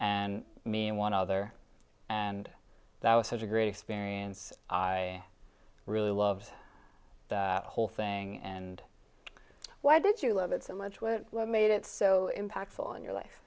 and me and one other and that was such a great experience i really loved that whole thing and why did you love it so much what made it so impactful in your life